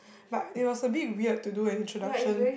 but it was a bit weird to do an introduction